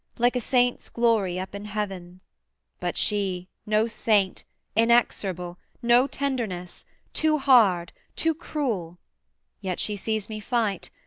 like a saint's glory up in heaven but she no saint inexorable no tenderness too hard, too cruel yet she sees me fight,